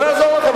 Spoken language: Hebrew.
לא יעזור לכם.